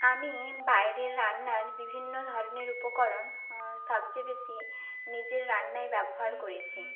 আমি বাইরের রান্নার বিভিন্ন ধরনের উপকরণ হাঁ সবচেয়ে বেশি নিজের রান্নায় ব্যবহার করেছি